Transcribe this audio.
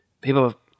people